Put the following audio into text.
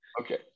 Okay